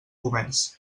comerç